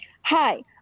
Hi